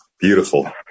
Beautiful